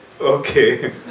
Okay